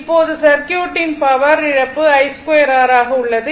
இப்போது சர்க்யூட்டின் பவர் இழப்பு I2 R ஆக உள்ளது